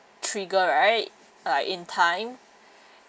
trigger right like in time